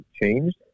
changed